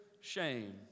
shame